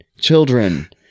children